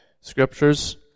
scriptures